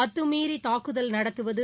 அத்துமீறி தாக்குதல் நடத்துவது